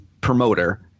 promoter